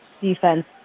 defense